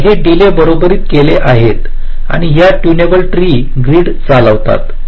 तर हे डिले बरोबरीत केले आहेत आणि या ट्यूनबल ट्री ग्रीड चालवतात